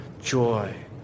joy